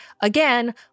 again